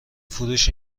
فروش